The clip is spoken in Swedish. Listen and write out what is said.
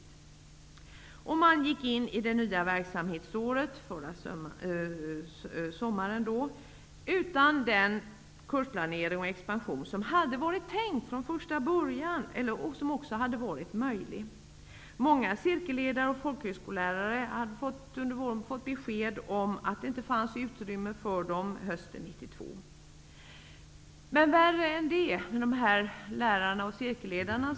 Man gick förra sommaren in i det nya verksamhetsåret utan den kursplanering och expansion som hade varit tänkt från början, och som hade varit möjlig. Många cirkelledare och folkhögskolelärare hade under våren fått besked om att det inte fanns utrymme för dem hösten 1992.